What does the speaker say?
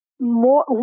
more